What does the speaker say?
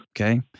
Okay